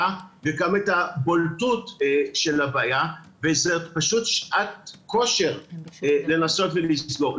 וגם את הבולטות של הבעיה וזו פשוט שעת כושר לנסות ולסגור.